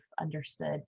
understood